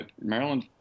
Maryland